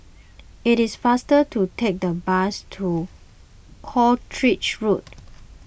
it is faster to take the bus to Croucher Road